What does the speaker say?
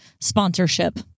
sponsorship